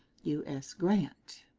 u s. grant.